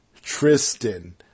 Tristan